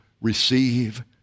receive